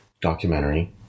documentary